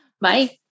Bye